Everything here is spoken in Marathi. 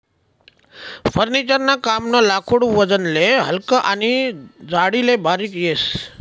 फर्निचर ना कामनं लाकूड वजनले हलकं आनी जाडीले बारीक येस